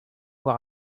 war